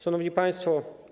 Szanowni Państwo!